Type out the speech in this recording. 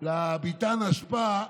לביתן האשפה,